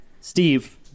Steve